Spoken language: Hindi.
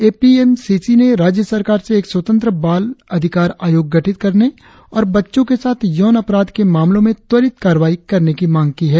ए पी एम सी सी ने राज्य सरकार से एक स्वतंत्र बाल अधिकार आयोग गठित करने और बच्चो के साथ यौन अपराध के मामलो में त्वरित कार्रवाई करने की मांग की है